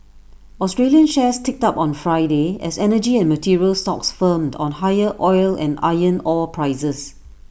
Australian shares ticked up on Friday as energy and materials stocks firmed on higher oil and iron ore prices